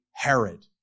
Herod